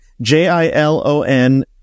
J-I-L-O-N